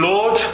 Lord